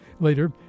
Later